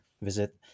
visit